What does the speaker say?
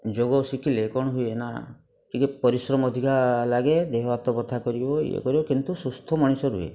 ଯୋଗ ଶିକିଲେ କ'ଣ ହୁଏ ନାଁ ଟିକେ ପରିଶ୍ରମ ଅଧିକା ଲାଗେ ଦେହ ହାତ ବଥା କରିବ ଇଏ କରିବ କିନ୍ତୁ ସୁସ୍ଥ ମଣିଷ ରୁହେ